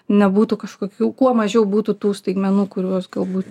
nebūtų kažkokių kuo mažiau būtų tų staigmenų kurios galbūt